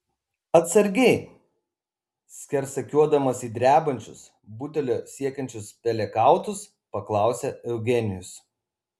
atsargiai skersakiuodamas į drebančius butelio siekiančius pelėkautus paklausė eugenijus